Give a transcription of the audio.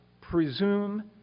presume